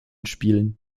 spielen